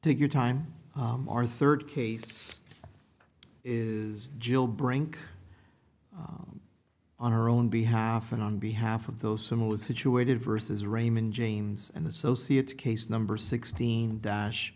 to your time our third case is jill brink on our own behalf and on behalf of those similarly situated versus raymond james and associates case number sixteen dosh